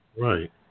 Right